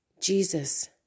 Jesus